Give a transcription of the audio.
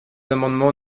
amendement